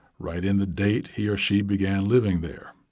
write in the date he or she began living there.